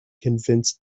convince